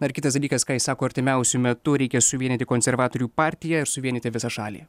na ir kitas dalykas ką jis sako artimiausiu metu reikia suvienyti konservatorių partiją ir suvienyti visą šalį